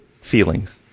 feelings